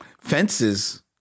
Fences